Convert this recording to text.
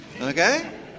okay